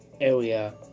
area